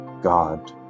god